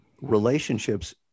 relationships